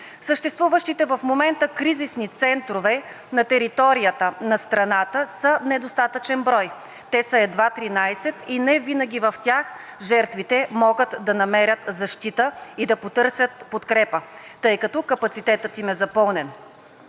Съществуващите в момента кризисни центрове на територията на страната са недостатъчен брой – те са едва 13, и невинаги в тях жертвите могат да намерят защита и да потърсят подкрепа, тъй като капацитетът им е запълнен.